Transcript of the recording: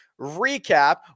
recap